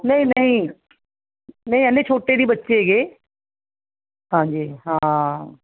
ਨਹੀਂ ਨਹੀਂ ਨਹੀਂ ਐਨੇ ਛੋਟੇ ਵੀ ਬੱਚੇ ਹੈਗੇ ਹਾਂਜੀ ਹਾਂ